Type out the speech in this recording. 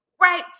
right